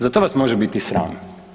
Za to vas može biti sram.